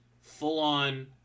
full-on